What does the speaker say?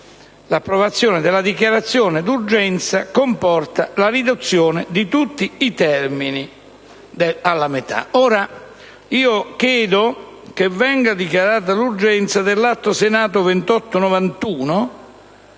L'approvazione della dichiarazione d'urgenza comporta la riduzione di tutti i termini alla metà». Chiedo quindi che venga dichiarata l'urgenza dell'Atto Senato n. 2891,